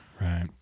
Right